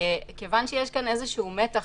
מכיוון שיש כאן מתח,